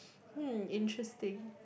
hmm interesting